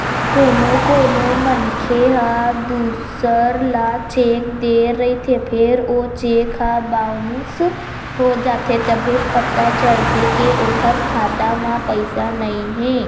कोनो कोनो मनखे ह दूसर ल चेक दे रहिथे फेर ओ चेक ह बाउंस हो जाथे तभे पता चलथे के ओखर खाता म पइसा नइ हे